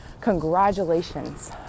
congratulations